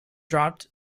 dropped